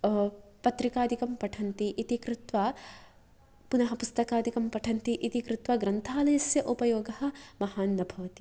पत्रिकादिकं पठन्ति इति कृत्वा पुनः पुस्तकादिकं पठन्ति इति कृत्वा ग्रन्थालयस्य उपयोगः महान् न भवति